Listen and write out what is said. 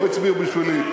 לא הצביעו בשבילי?